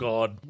God